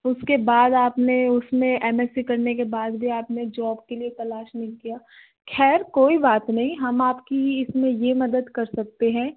उसके बाद आपने उसमें एम एस सी करने के बाद भी अपने जोब के लिए तलाश नहीं किया खैर कोई बात नहीं हम आपकी इसमें ये मदद कर सकते है